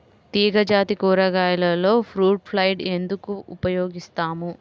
తీగజాతి కూరగాయలలో fruit fly ఎందుకు ఉపయోగిస్తాము?